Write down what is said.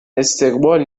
استقبال